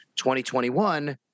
2021